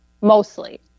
mostly